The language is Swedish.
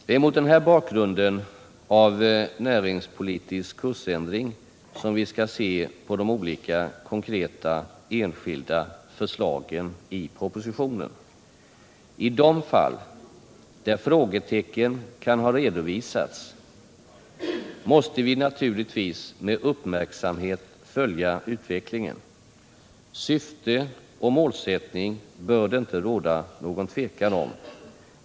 Det är mot bakgrund av denna näringspolitiska kursändring som vi skall se de konkreta enskilda förslagen i propositionen. I de fall där frågetecken har redovisats måste vi naturligtvis med uppmärksamhet följa utvecklingen. Syfte och målsättning bör det inte råda något tvivel om.